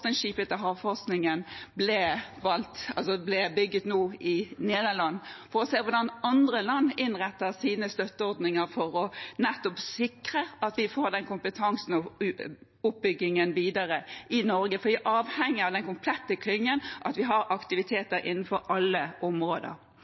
bygget i Nederland. Vi må se på hvordan andre land innretter sine støtteordningen for nettopp å sikre at vi får den kompetansen og oppbyggingen videre i Norge, for vi er avhengige av den komplette klyngen og at vi har